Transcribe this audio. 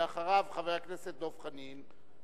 אחריו, חבר הכנסת דב חנין.